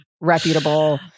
reputable